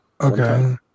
Okay